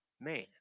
man